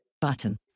button